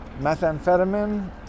methamphetamine